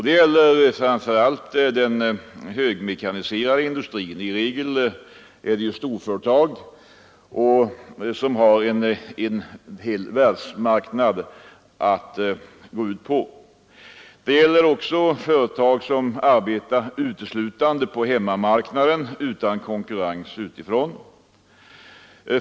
Det gäller framför allt den högmekaniserade industrin. I regel är det fråga om storföretag som har en hel världsmarknad att gå ut på. Det gäller också företag som arbetar uteslutande på hemmamarknaden utan konkurrens utifrån.